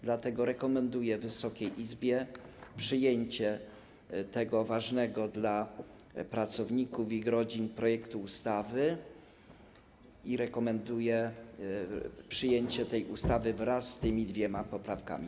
Dlatego rekomenduję Wysokiej Izbie przyjęcie tego ważnego dla pracowników i ich rodzin projektu ustawy i rekomenduję przyjęcie tej ustawy wraz z tymi dwiema poprawkami.